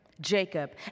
Jacob